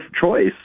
choice